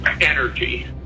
energy